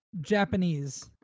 Japanese